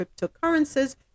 cryptocurrencies